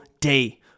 day